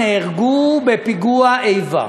נהרגו בפיגוע איבה.